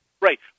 Right